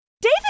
David